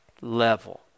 level